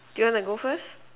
do you want to go first